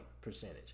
percentage